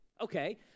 Okay